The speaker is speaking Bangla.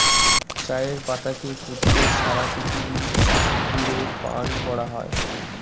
চায়ের পাতাকে ফুটিয়ে সারা পৃথিবী জুড়ে পান করা হয়